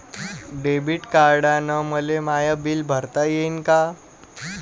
Debit कार्डानं मले माय बिल भरता येईन का?